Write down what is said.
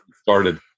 started